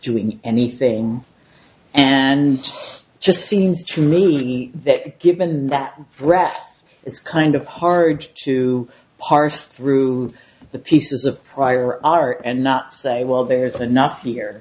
doing anything and just seems to me that given that threat it's kind of hard to parse through the pieces of prior art and not say well there's enough here